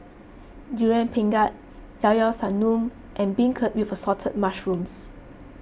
Durian Pengat Llao Llao Sanum and Beancurd Assorted Mushrooms